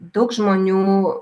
daug žmonių